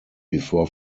before